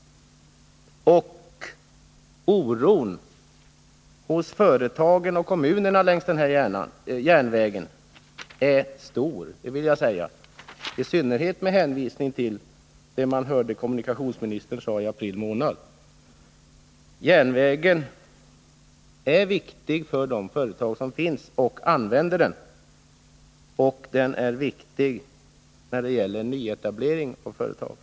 Oron hos företagen och kommunerna längs den här järnvägen är stor, i synnerhet med tanke på vad kommunikationsministern sade i april månad. Järnvägen är viktig för de företag som finns här och som använder den, och den är också viktig när det gäller nyetablering av företag.